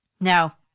Now